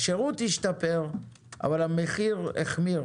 השרות השתפר, אבל המחיר החמיר.